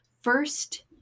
first